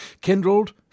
kindled